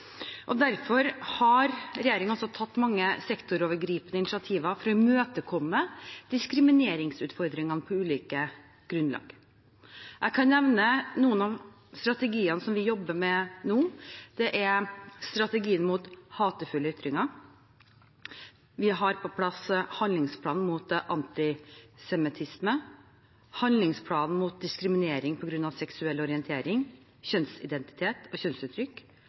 Derfor har regjeringen også tatt mange sektorovergripende initiativ for å imøtekomme diskrimineringsutfordringene på ulike grunnlag. Jeg kan nevne noen av strategiene som vi jobber med nå: Det er strategien mot hatefulle ytringer, vi har på plass en handlingsplan mot antisemittisme, en handlingsplan mot diskriminering på grunn av seksuell orientering, kjønnsidentitet og kjønnsuttrykk,